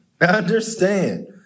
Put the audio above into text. understand